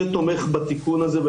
שתומך בתיקון הזה.